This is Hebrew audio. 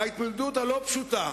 מההתמודדות הלא-פשוטה,